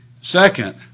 Second